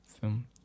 film